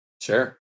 Sure